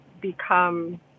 become